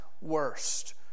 worst